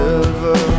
River